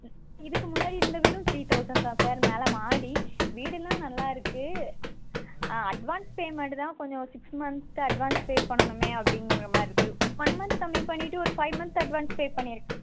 இ இதுக்கு முன்னாடி இருந்த வீடும் த்ரீ தவுசண்ட் தான் சார் மேலே மாடி வீடெலாம் நல்லா இருக்குது ஆ அட்வான்ஸ் பேமெண்டு தான் கொஞ்சம் சிக்ஸ் மந்த்ஸ்க்கு அட்வான்ஸ் பே பண்ணணுமே அப்படிங்கிற மாதிரி இருக்குது ஒன் மந்த்து கம்மி பண்ணிவிட்டு ஒரு ஃபைவ் மந்த் அட்வான்ஸ் பே பண்ணிடு